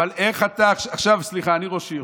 אבל איך אתה, עכשיו, סליחה, אני ראש עיר,